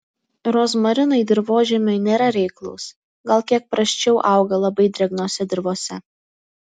rozmarinai dirvožemiui nėra reiklūs gal kiek prasčiau auga labai drėgnose dirvose